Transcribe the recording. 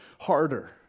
harder